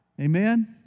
Amen